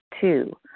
Two